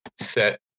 set